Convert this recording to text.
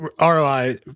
ROI